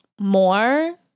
more